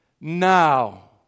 Now